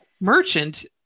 merchant